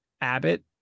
Abbott